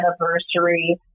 anniversary